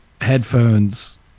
headphones